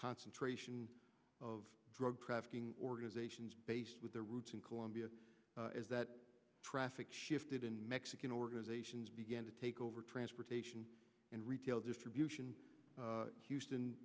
concentration of drug trafficking organizations based with their roots in colombia is that traffic shifted in mexican organizations began to take over transportation and retail distribution houston